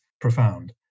profound